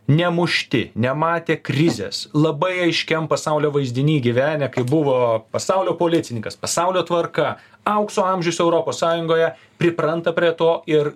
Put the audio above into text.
nemušti nematę krizės labai aiškiam pasaulio vaizdiny gyvenę kai buvo pasaulio policininkas pasaulio tvarka aukso amžius europos sąjungoje pripranta prie to ir